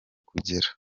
kugera